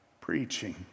preaching